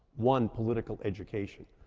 one political education,